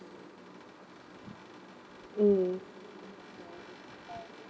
mm